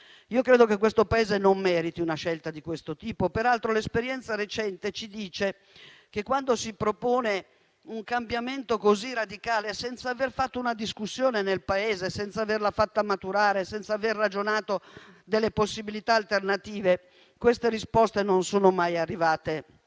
Credo che questo Paese non meriti una scelta di questo tipo. Peraltro l'esperienza recente ci dice che quando si propone un cambiamento così radicale, senza aver fatto una discussione nel Paese, senza averla fatta maturare, senza aver ragionato delle possibilità alternative, le risposte non sono mai state